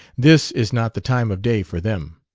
this is not the time of day for them.